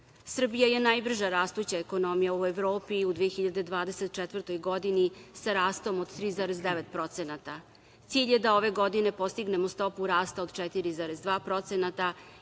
je najbrže rastuća ekonomija u Evropi u 2024. godini sa rastom od 3,9%. Cilj je da ove godine postignemo stopu rasta od 4,2% i da